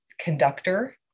conductor